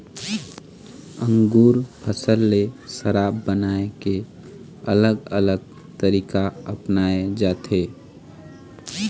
अंगुर फसल ले शराब बनाए के अलग अलग तरीका अपनाए जाथे